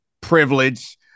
privilege